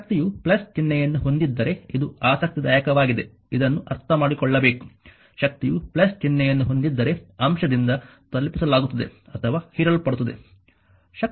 ಶಕ್ತಿಯು ಚಿಹ್ನೆಯನ್ನು ಹೊಂದಿದ್ದರೆ ಇದು ಆಸಕ್ತಿದಾಯಕವಾಗಿದೆ ಇದನ್ನು ಅರ್ಥಮಾಡಿಕೊಳ್ಳಬೇಕು ಶಕ್ತಿಯು ಚಿಹ್ನೆಯನ್ನು ಹೊಂದಿದ್ದರೆ ಅಂಶದಿಂದ ತಲುಪಿಸಲಾಗುತ್ತದೆ ಅಥವಾ ಹೀರಲ್ಪಡುತ್ತದೆ